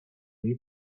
nie